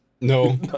No